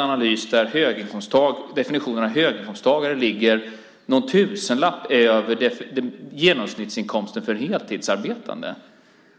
analys där definitionen av höginkomsttagare ligger någon tusenlapp över genomsnittsinkomsten för en heltidsarbetande är lite svår att ta på allvar.